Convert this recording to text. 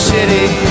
City